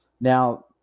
Now